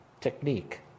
technique